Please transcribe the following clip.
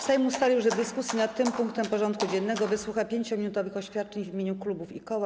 Sejm ustalił, że w dyskusji nad tym punktem porządku dziennego wysłucha 5-minutowych oświadczeń w imieniu klubów i koła.